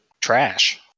trash